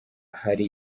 hari